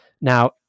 now